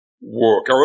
work